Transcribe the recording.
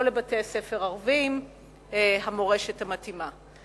או לבתי-הספר הערביים המורשת המתאימה.